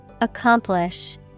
Accomplish